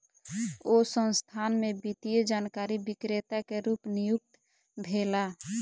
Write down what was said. ओ संस्थान में वित्तीय जानकारी विक्रेता के रूप नियुक्त भेला